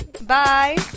bye